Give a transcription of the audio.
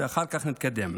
ואחר כך נתקדם.